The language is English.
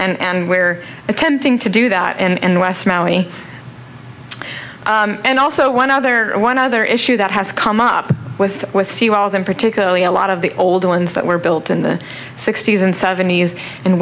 and we're attempting to do that and west maui and also one other one other issue that has come up with with sea walls and particularly a lot of the older ones that were built in the sixties and seventies and